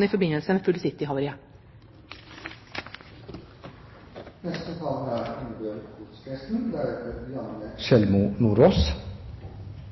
årsaksforholdene i forbindelse med